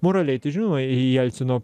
moraliai tai žinoma je jelcino